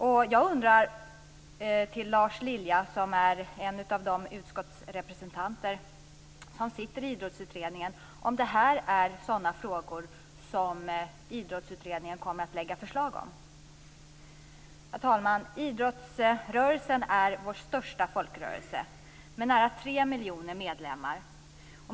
Jag har en fråga till Lars Lilja, som är en av de utskottsrepresentanter som sitter i Idrottsutredningen. Är det här sådana frågor som Idrottsutredningen kommer att lägga fram förslag om? Fru talman! Idrottsrörelsen är vår största folkrörelse med nära 3 miljoner medlemmar.